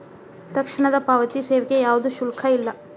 ತಕ್ಷಣದ ಪಾವತಿ ಸೇವೆಗೆ ಯಾವ್ದು ಶುಲ್ಕ ಇಲ್ಲ